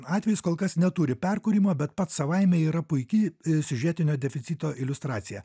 atvejis kol kas neturi perkūrimo bet pats savaime yra puiki siužetinio deficito iliustracija